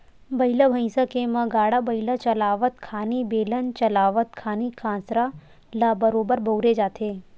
बइला भइसा के म गाड़ा बइला चलावत खानी, बेलन चलावत खानी कांसरा ल बरोबर बउरे जाथे